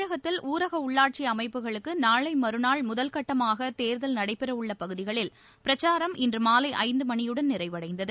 தமிழகத்தில் ஊரக உள்ளாட்சி அமைப்புகளுக்கு நாளை மறுநாள் கேர்கல் முதல்கட்டமாக நடைபெறவுள்ள பகுதிகளில் பிரச்சாரம் இன்று மாலை ஐந்து மணியுடன் நிறைவடைந்தது